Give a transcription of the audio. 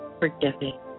forgiving